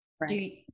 Right